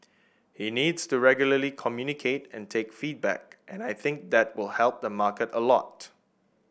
he needs to regularly communicate and take feedback and I think that will help the market a lot